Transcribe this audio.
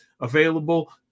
available